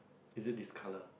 is it discolour